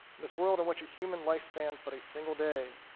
this world in which a human lifespan is but a single day,